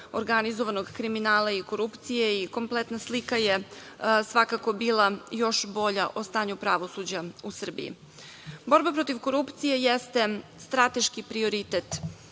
organizovanog kriminala i korupcije i kompletna slika je svakako bila još bolja o stanju pravosuđa u Srbiji. Borba protiv korupcije jeste strateški prioritet